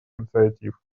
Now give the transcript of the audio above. инициатив